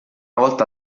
volta